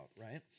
right